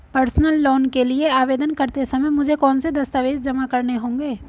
Personal loan के लिए आवेदन करते समय मुझे कौन से दस्तावेज़ जमा करने होंगे?